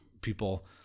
people